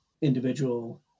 individual